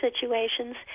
situations